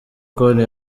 konti